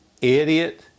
idiot